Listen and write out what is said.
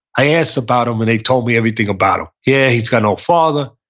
i asked about him, and they told me everything about him. yeah, he's got no father.